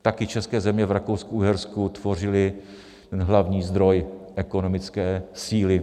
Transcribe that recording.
Taky české země v RakouskuUhersku tvořily hlavní zdroj ekonomické síly.